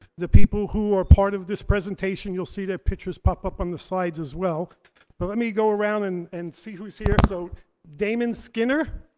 the people who are part of this presentation, you'll see their pictures pop up on the slides, as well. so but let me go around and and see who's here. so damon skinner,